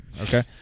Okay